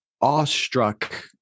awestruck